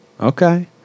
Okay